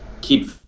keep